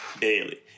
daily